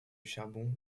charbon